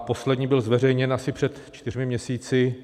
Poslední byl zveřejněn asi před čtyřmi měsíci.